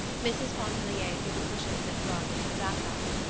mrs. pontellier threw the cushions and rug into the bath-house.